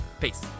Peace